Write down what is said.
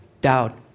Doubt